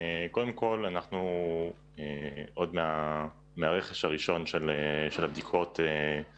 קודם כול, עוד מהרכש הראשון של הבדיקות אנחנו